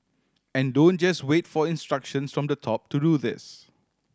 and don't just wait for instructions from the top to do this